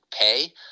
pay